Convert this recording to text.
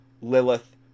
lilith